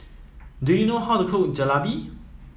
do you know how to cook Jalebi